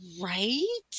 Right